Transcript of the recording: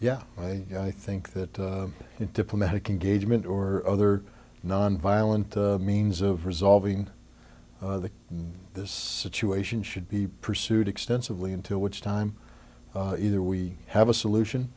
yeah i think that diplomatic engagement or other nonviolent means of resolving this situation should be pursued extensively until which time either we have a solution